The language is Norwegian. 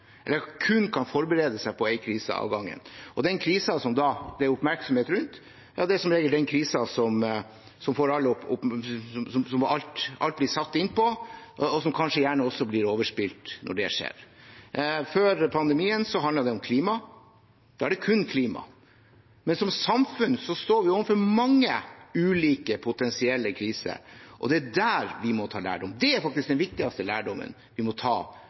eller at man kun kan forberede seg på én krise av gangen. Den krisen som det da blir oppmerksomhet rundt, er som regel den krisen som alt blir satt inn på, og som kanskje også blir overspilt når det skjer. Før pandemien handlet det om klima. Da er det kun klima. Men som samfunn står vi overfor mange ulike potensielle kriser, og det er der vi må ta lærdom. Den viktigste lærdommen vi må ta